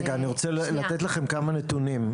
רגע, אני רוצה לתת לכם כמה נתונים.